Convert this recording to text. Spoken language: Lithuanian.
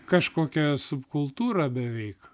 kažkokia subkultūra beveik